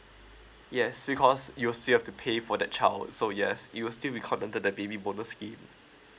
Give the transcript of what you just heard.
yes because you'll still have to pay for the child so yes it will still be contacted the baby bonus scheme